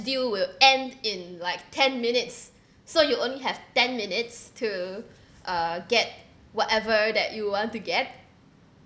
deal will end in like ten minutes so you only have ten minutes to uh get whatever that you want to get